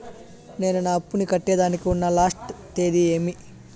నేను నా అప్పుని కట్టేదానికి ఉన్న లాస్ట్ తేది ఏమి?